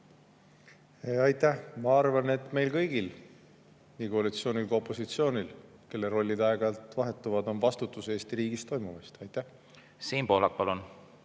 Aitäh! Ma arvan, et meil kõigil, nii koalitsioonil kui ka opositsioonil, kelle rollid aeg-ajalt vahetuvad, on vastutus Eesti riigis toimuva eest. Siim Pohlak, palun!